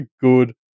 good